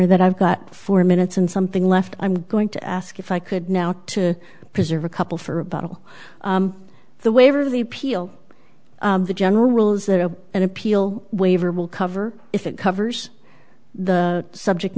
or that i've got four minutes and something left i'm going to ask if i could now to preserve a couple for a bottle the waiver the appeal the general rules that an appeal waiver will cover if it covers the subject